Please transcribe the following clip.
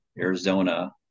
Arizona